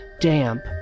damp